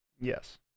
Yes